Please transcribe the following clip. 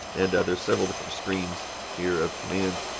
and, ah there's several different screens here of commands,